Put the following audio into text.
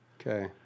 Okay